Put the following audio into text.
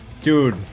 dude